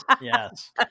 Yes